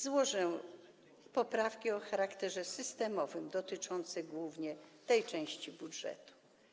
Złożę poprawki o charakterze systemowym dotyczące głównie tej części budżetu.